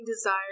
desire